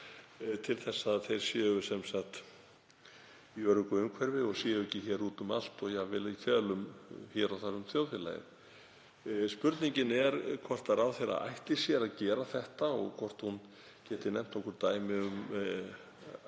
til þess að þeir séu í öruggu umhverfi og séu ekki hér úti um allt og jafnvel í felum hér og þar um þjóðfélagið. Spurningin er hvort ráðherra ætli sér að gera þetta og hvort hún geti nefnt okkur dæmi um